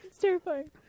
terrifying